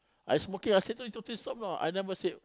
I smoking I totally stop know I never said